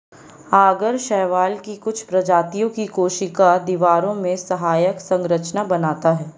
आगर शैवाल की कुछ प्रजातियों की कोशिका दीवारों में सहायक संरचना बनाता है